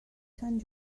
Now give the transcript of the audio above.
sant